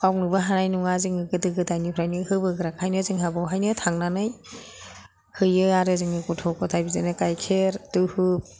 बावनोबो हानाय नङा जोङो गोदो गोदायनिफ्रायनो होबोग्राखायनो जोंहा बेवहायनो थांनानै हैयो आरो जोङो गथ' गथाइ बिदिनो गाइखेर धुप